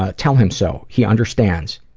ah tell him so. he understands,